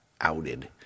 outed